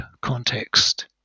context